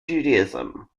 judaism